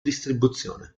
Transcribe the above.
distribuzione